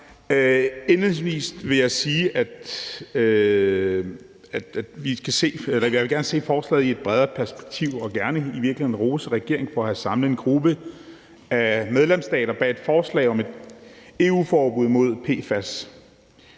Indledningsvis vil jeg sige, at jeg gerne vil se forslaget i et bredere perspektiv, og jeg vil i virkeligheden gerne rose regeringen for at have samlet en gruppe af medlemsstater bag et forslag om et EU-forbud mod PFAS,